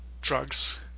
drugs